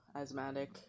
asthmatic